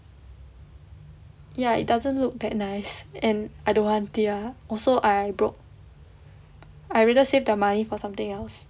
ya it doesn't look that nice and I don't want it ah also I broke I rather save the money for something else